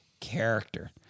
character